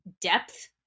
depth